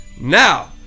Now